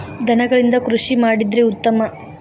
ದನಗಳಿಂದ ಕೃಷಿ ಮಾಡಿದ್ರೆ ಉತ್ತಮ